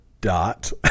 dot